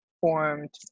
formed